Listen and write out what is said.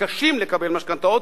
מתקשים לקבל משכנתאות,